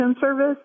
service